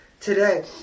today